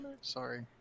Sorry